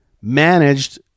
managed